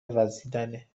وزیدنه